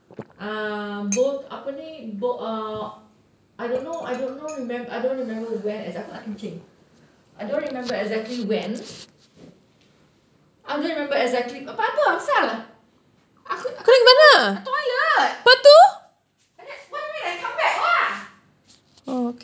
uh both apa ni uh I don't know I don't know I don't remember when exac~ aku nak kencing I don't remember exactly when I don't remember exactly apa apasal aku toilet what do you mean I come back lah